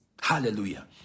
Hallelujah